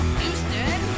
Houston